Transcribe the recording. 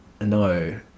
No